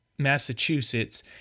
Massachusetts